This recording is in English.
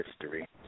history